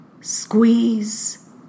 squeeze